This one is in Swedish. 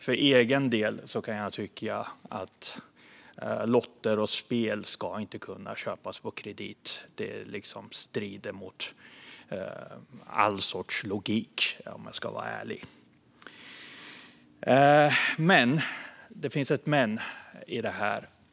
För egen del tycker jag att lotter och spel inte ska kunna köpas på kredit, för det strider ärligt talat mot all logik.